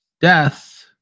death